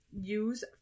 Use